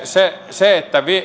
se se että